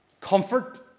comfort